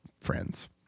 friends